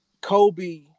kobe